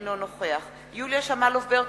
אינו נוכח יוליה שמאלוב-ברקוביץ,